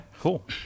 cool